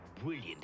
brilliant